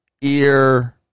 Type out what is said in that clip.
ear